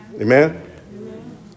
Amen